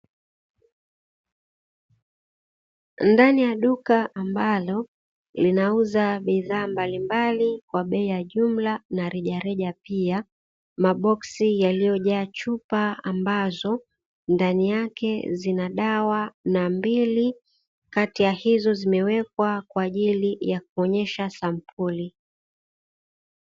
Ndani ya duka ambalo linauza bidhaa mbalimbali kwa bei ya jumla na reja reja pia, maboksi yaliyojaa chupa ambazo ndani yake zina dawa na mbili kati ya hizo zimewekwa kwa ajili ya kuonyesha sampuli.